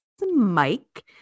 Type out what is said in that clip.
Mike